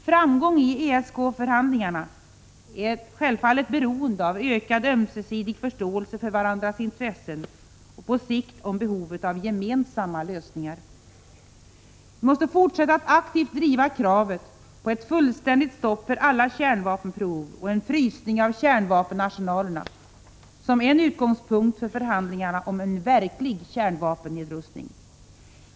Framgång i ESK-förhandlingarna är självfallet beroende av ökad ömsesidig förståelse för varandras intressen och för behovet av på sikt gemensamma lösningar. Vi måste fortsätta att aktivt driva kravet på ett fullständigt stopp för alla kärnvapenprov och en frysning av kärnvapenarsenalerna, som en utgångspunkt för förhandlingar om en verklig kärnvapennedrustning.